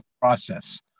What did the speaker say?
process